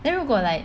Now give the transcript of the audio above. then 如果 like